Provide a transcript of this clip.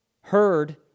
heard